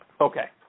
Okay